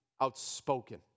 outspoken